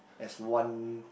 as one